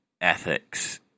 ethics